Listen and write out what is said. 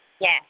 Yes